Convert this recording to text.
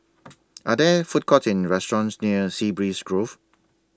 Are There Food Courts in restaurants near Sea Breeze Grove